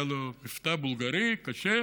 היה לו מבטא בולגרי קשה,